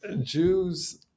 Jews